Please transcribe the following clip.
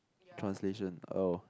translation oh